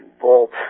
vault